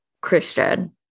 Christian